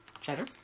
Cheddar